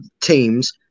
teams